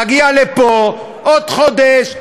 נגיע לפה עוד חודש,